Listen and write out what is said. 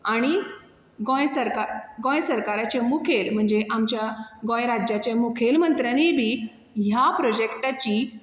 आणी गोंय सरकार गोंय सरकाराचे मुखेल म्हणजे आमच्या गोंय राज्याच्या मुखेल मंत्र्यानूय बी ह्या प्रोजेक्टाची